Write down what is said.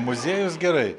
muziejus gerai